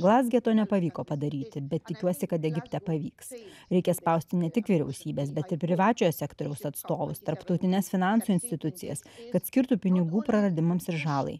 glazge to nepavyko padaryti bet tikiuosi kad egipte pavyks reikia spausti ne tik vyriausybės bet ir privačiojo sektoriaus atstovus tarptautines finansų institucijas kad skirtų pinigų praradimams ir žalai